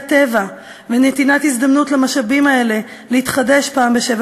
הטבע ונתינת הזדמנות למשאבים האלה להתחדש פעם בשבע